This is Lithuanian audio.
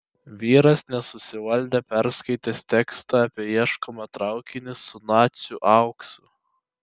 vyras nesusivaldė perskaitęs tekstą apie ieškomą traukinį su nacių auksu